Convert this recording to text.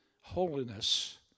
holiness